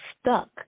stuck